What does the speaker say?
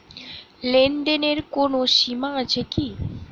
লেনদেনের কোনো সীমা আছে কি?